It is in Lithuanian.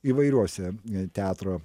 įvairiose teatro